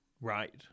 Right